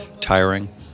tiring